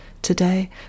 Today